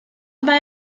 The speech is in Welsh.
mae